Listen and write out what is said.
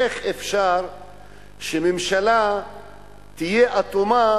איך אפשר שממשלה תהיה אטומה